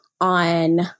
on